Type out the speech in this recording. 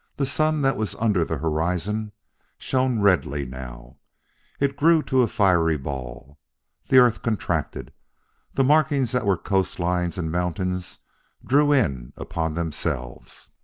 the sun that was under the horizon shone redly now it grew to a fiery ball the earth contracted the markings that were coastlines and mountains drew in upon themselves.